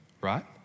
right